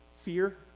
fear